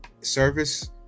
service